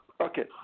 Okay